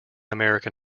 american